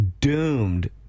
doomed